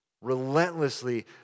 relentlessly